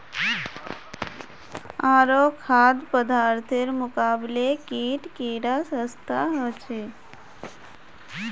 आरो खाद्य पदार्थेर मुकाबले कीट कीडा सस्ता ह छे